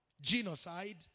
genocide